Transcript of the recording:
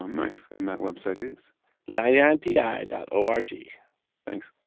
um nice. and that website is ninety nine pi dot o r g thanks.